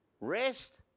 Rest